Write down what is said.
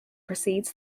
precedes